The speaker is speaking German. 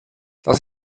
das